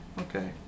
Okay